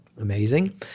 Amazing